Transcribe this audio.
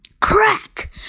Crack